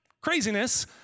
craziness